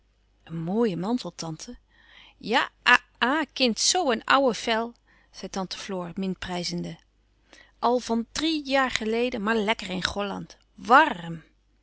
een mooie mantel tante ja a à kind soo een oùwe vel zei tante floor minprijzende al van drie jaar geleden maar lekker in gholland